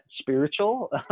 spiritual